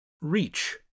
Reach